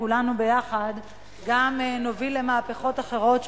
כולנו ביחד גם נוביל למהפכות אחרות,